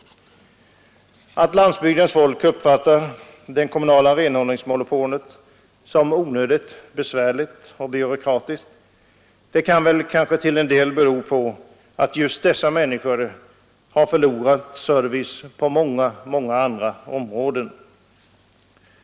Att landsbygdens folk uppfattar det kommunala renhållningsmonopolet som onödigt besvärligt och byråkratiskt kan väl till en del bero på att just dessa människor har förlorat service på många andra områden.